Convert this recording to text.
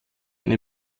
eine